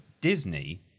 Disney